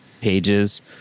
pages